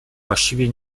właściwie